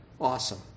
awesome